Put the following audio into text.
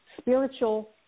spiritual